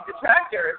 detractors